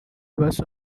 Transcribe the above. was